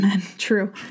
true